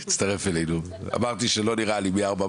לא, קיבלנו בהמשכי ארבעה,